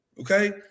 okay